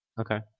Okay